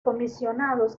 comisionados